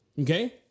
okay